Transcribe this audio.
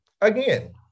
Again